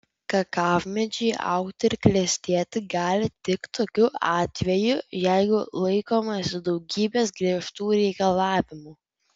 kakavmedžiai augti ir klestėti gali tik tokiu atveju jeigu laikomasi daugybės griežtų reikalavimų